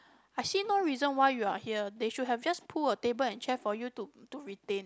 I see no reason why you are here they should have just pull a table and chair for you to to retain